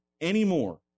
anymore